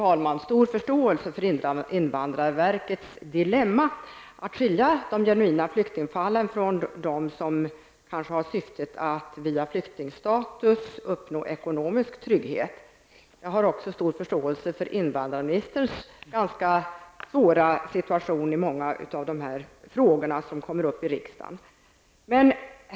Jag har stor förståelse för invandrarverkets dilemma att skilja de genuina flyktingfallen från dem som har syftet att via flyktingstatus uppnå ekonomisk trygghet. Jag har också stor förståelse för invandrarministerns ganska svåra situation när det gäller många av de frågor som kommer upp i riksdagen.